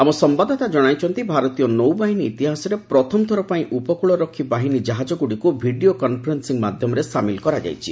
ଆମ ସମ୍ଭାଦଦାତା ଜଣାଇଛନ୍ତି ଭାରତୀୟ ନୌବାହିନୀ ଇତିହାସରେ ପ୍ରଥମଥର ପାଇଁ ଉପକୂଳରକ୍ଷୀ ବାହିନୀ ଜାହାକଗୁଡ଼ିକୁ ଭିଡ଼ିଓ କନ୍ଫରେନ୍ସିଂ ମାଧ୍ୟମରେ ସାମିଲ କରାଯାଇଛି